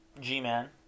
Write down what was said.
G-Man